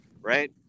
right